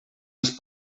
ens